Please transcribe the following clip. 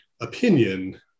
opinion